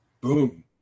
Boom